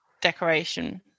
decoration